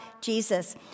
Jesus